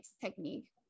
technique